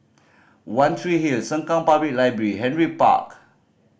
One Tree Hill Sengkang Public Library Henry Park